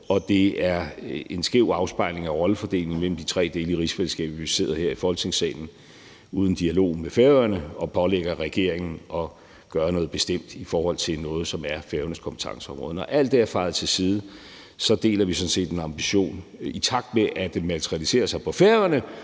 det er en skæv afspejling af rollefordelingen mellem de tre dele af rigsfællesskabet, hvis man sidder her i Folketingssalen og uden en dialog med Færøerne pålægger regeringen at gøre noget bestemt i forhold til noget, som er Færøernes kompetenceområde. Når alt det er fejet til side, deler vi sådan set en ambition – i takt med at den materialiserer sig på Færøerne